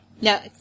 no